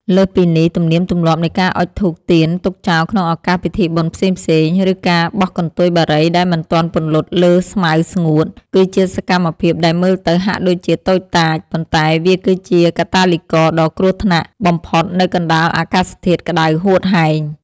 លើសពីនេះ ទំនៀមទម្លាប់នៃការអុជធូបទៀនទុកចោលក្នុងឱកាសពិធីបុណ្យផ្សេងៗ ឬការបោះកន្ទុយបារីដែលមិនទាន់ពន្លត់លើស្មៅស្ងួត គឺជាសកម្មភាពដែលមើលទៅហាក់ដូចជាតូចតាច ប៉ុន្តែវាគឺជាកាតាលីករដ៏គ្រោះថ្នាក់បំផុតនៅកណ្ដាលអាកាសធាតុក្ដៅហួតហែង។